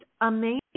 amazing